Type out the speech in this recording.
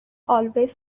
always